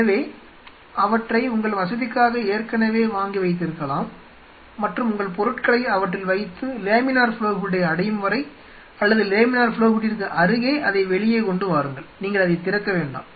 எனவே அவற்றை உங்கள் வசதிக்காக ஏற்கனவே வாங்கி வைத்திருக்கலாம் மற்றும் உங்கள் பொருட்களை அவற்றில் வைத்து லேமினார் ஃப்ளோ ஹூட்டை அடையும் வரை அல்லது லேமினார் ஃப்ளோ ஹூட்டிற்கு அருகே அதை வெளியே கொண்டு வாருங்கள் நீங்கள் அதைத் திறக்க வேண்டாம்